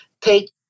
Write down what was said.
take